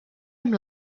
amb